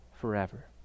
forever